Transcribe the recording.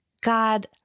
God